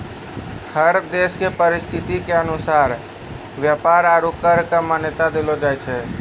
हर देश के परिस्थिति के अनुसार व्यापार आरू कर क मान्यता देलो जाय छै